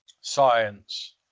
science